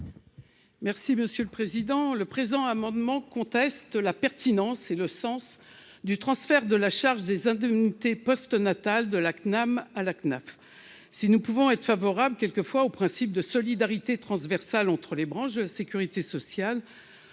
Merci monsieur le président, le présent amendement conteste la pertinence et le sens du transfert de la charge des indemnités post-natale de la CNAM à la CNAF si nous pouvons être favorable, quelques fois au principe de solidarité transversale entre les branches, sécurité sociale,